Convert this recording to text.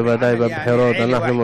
בוודאי בבחירות אנחנו,